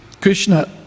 Krishna